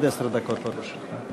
עד עשר דקות לרשותך.